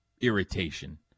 irritation